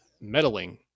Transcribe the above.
meddling